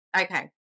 Okay